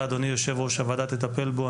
שאתה, אדוני יושב-ראש הוועדה, תטפל בו.